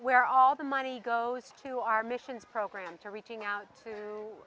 where all the money goes to our missions program to reaching out to